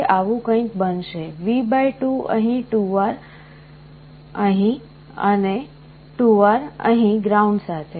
તે આવું કંઈક બનશે V2 અહીં 2R અહીં અને 2R અહીં ગ્રાઉન્ડ સાથે